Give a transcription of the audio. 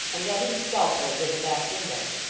and led him stealthily to the back window.